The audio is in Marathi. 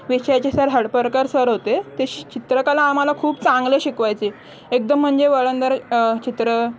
विषयाचे सर हडपरकर सर होते ते श चित्रकला आम्हाला खूप चांगले शिकवायचे एकदम म्हणजे वळणदर चित्र